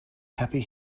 happy